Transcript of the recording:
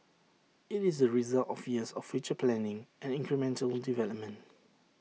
IT is the result of years of future planning and incremental development